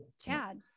Chad